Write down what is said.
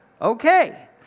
Okay